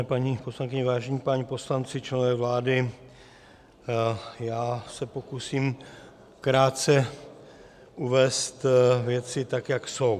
Vážené paní poslankyně, vážení páni poslanci, členové vlády, Já se pokusím krátce uvést věci, tak jak jsou.